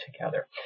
together